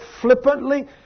flippantly